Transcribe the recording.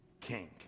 king